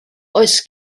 oes